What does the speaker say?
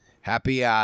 Happy